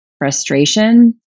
frustration